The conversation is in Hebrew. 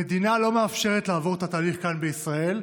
המדינה לא מאפשרת לעבור את התהליך כאן, בישראל,